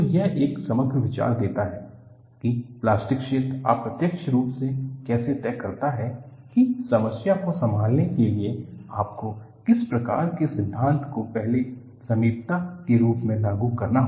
तो यह एक समग्र विचार देता है कि प्लास्टिक क्षेत्र अप्रत्यक्ष रूप से कैसे तय करता है कि समस्या को संभालने के लिए आपको किस प्रकार के सिद्धांत को पहले समीपता के रूप में लागू करना होगा